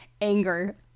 anger